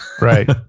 Right